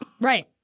Right